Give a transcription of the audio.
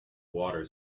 water